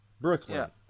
Brooklyn